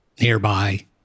nearby